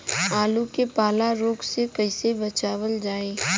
आलू के पाला रोग से कईसे बचावल जाई?